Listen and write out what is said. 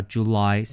July